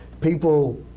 people